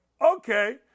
Okay